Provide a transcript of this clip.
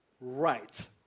right